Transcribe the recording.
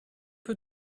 peu